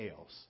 else